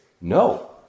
no